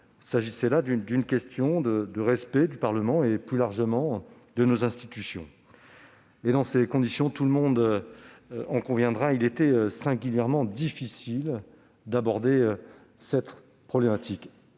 s'agissait là d'une question de respect du Parlement et, plus largement, de nos institutions. Dans ces conditions- tout le monde en conviendra -, il était singulièrement difficile d'aborder une telle problématique.